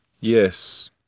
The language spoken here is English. Yes